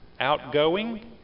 Outgoing